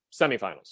Semifinals